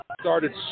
started